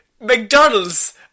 McDonald's